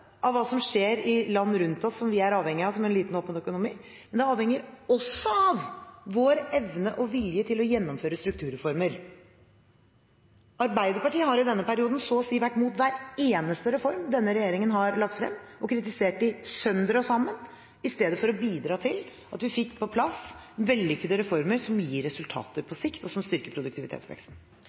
av hva som skjer i land rundt oss som vi er avhengige av som en liten og åpen økonomi, men det avhenger også av vår evne og vilje til å gjennomføre strukturreformer. Arbeiderpartiet har i denne perioden vært imot så å si hver eneste reform denne regjeringen har lagt frem, og kritisert dem sønder og sammen i stedet for å bidra til at vi fikk på plass vellykkede reformer som gir resultater på sikt, og som styrker produktivitetsveksten.